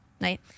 right